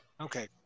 okay